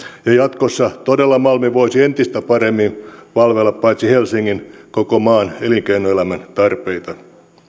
jatkossa todella malmi voisi entistä paremmin palvella paitsi helsingin myös koko maan elinkeinoelämän tarpeita